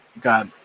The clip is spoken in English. got